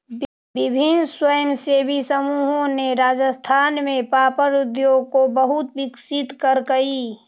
विभिन्न स्वयंसेवी समूहों ने राजस्थान में पापड़ उद्योग को बहुत विकसित करकई